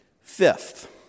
Fifth